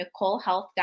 NicoleHealth.com